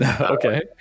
okay